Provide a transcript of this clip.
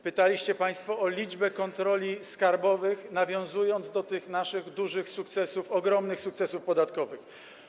Pytaliście państwo o liczbę kontroli skarbowych, nawiązując do tych naszych sukcesów, ogromnych sukcesów podatkowych.